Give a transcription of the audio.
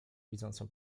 widzącą